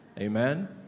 Amen